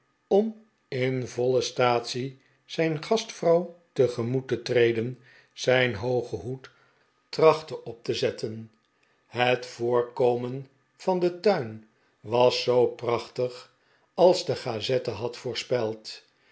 om in voile staatsie zijn gastvrouw tegemoet te treden zijn hoogen hoed trachtte op te zetten het voorkomen van den tuin was zoo prachtig als de gazette had voorspeld